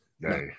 Hey